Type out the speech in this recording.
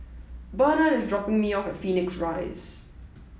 Bernhard is dropping me off at Phoenix Rise